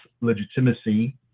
legitimacy